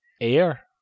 air